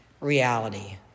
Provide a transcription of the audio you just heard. reality